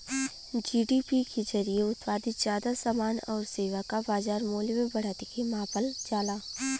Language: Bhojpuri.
जी.डी.पी के जरिये उत्पादित जादा समान आउर सेवा क बाजार मूल्य में बढ़त के मापल जाला